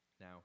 now